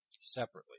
separately